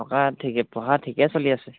থকা ঠিকে পঢ়া ঠিকে চলি আছে